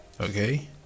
Okay